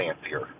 fancier